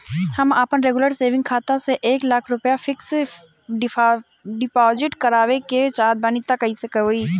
हम आपन regular saving खाता से एक लाख रुपया फिक्स डिपॉज़िट करवावे के चाहत बानी त कैसे होई?